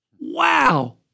Wow